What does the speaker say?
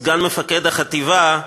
סגן מפקד החטיבה,